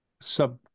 sub